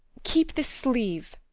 keep this sleeve.